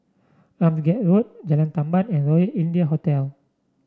Ramsgate Road Jalan Tamban and Royal India Hotel